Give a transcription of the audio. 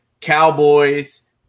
Cowboys